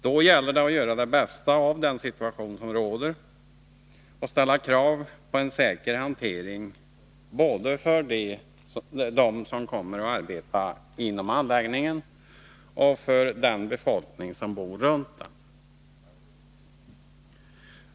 Då gäller det att göra det bästa av den situation som råder och ställa krav på en säker hantering både för dem som kommer att arbeta inom anläggningen och för den befolkning som bor runt omkring den.